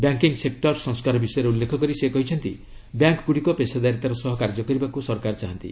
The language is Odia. ବ୍ୟାଙ୍କିଂ ସେକ୍ଟର ସଂସ୍କାର ବିଷୟରେ ଉଲ୍ଲେଖ କରି ସେ କହିଛନ୍ତି ବ୍ୟାଙ୍କଗୁଡ଼ିକ ପେଶାଦାରୀତାର ସହ କାର୍ଯ୍ୟ କରିବାକୁ ସରକାର ଚାହାନ୍ତି